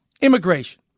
immigration